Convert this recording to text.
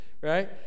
right